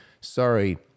sorry